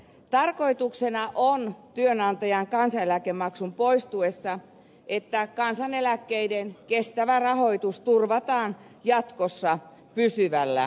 tarkoituksena on työnantajan kansaneläkemaksun poistuessa että kansaneläkkeiden kestävä rahoitus turvataan jatkossa pysyvällä tavalla